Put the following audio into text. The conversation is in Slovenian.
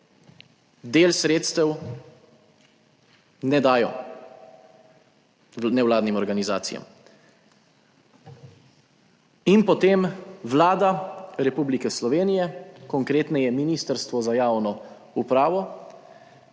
del sredstev ne dajo nevladnim organizacijam in potem Vlada Republike Slovenije konkretneje Ministrstvo za javno upravo